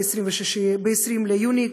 ב-20 ביוני,